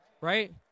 right